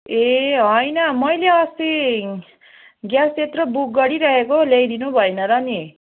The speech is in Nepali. ए होइन मैले अस्ति ग्यास त्यत्रो बुक गरिराखेको ल्याइदिनुभएन र नि